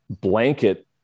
blanket